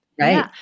Right